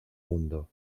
mundo